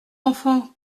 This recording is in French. enfant